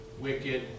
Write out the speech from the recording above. wicked